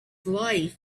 life